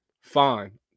fine